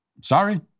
Sorry